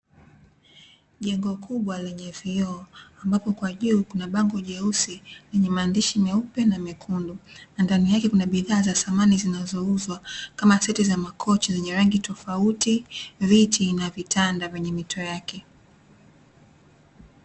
Jengo kubwa lenye vioo ambapo kwa juu kuna bango jeusi lenye maandishi meupe na mekundu. Na ndani yake kuna bidhaa za samani zinazouzwa kama: seti za makochi zenye rangi tofauti, viti na vitanda vyenye mito yake.